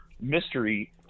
mystery